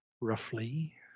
roughly